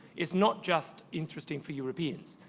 is not just interesting for europeans.